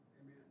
Amen